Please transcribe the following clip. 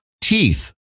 teeth